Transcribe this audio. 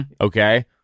Okay